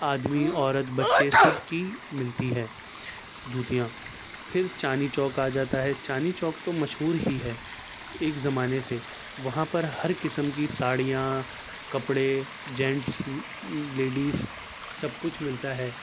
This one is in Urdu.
آدمی عورت بچے سب کی ملتی ہیں جوتیاں پھر چاندنی چوک آ جاتا ہے چاندنی چوک تو مشہور ہی ہے ایک زمانے سے وہاں پر ہر قسم کی ساڑیاں کپڑے جینس لیڈیز سب کچھ ملتا ہے